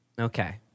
Okay